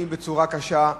מותקפים בצורה קשה,